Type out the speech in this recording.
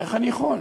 איך אני יכול?